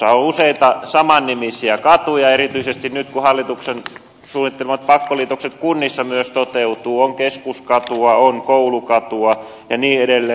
on useita samannimisiä katuja erityisesti nyt kun hallituksen suunnittelemat pakkoliitokset kunnissa myös toteutuvat on keskuskatua on koulukatua ja niin edelleen